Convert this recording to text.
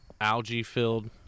algae-filled